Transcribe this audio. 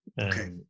Okay